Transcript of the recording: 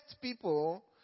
people